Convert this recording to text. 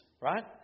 right